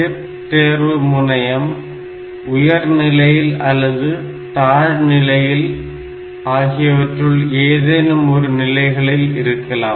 chip தேர்வு முனையம் உயர் நிலை அல்லது தாழ் நிலை ஆகியவற்றுள் ஏதேனும் ஒரு நிலைகளில் இருக்கலாம்